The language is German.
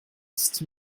ist